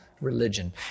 religion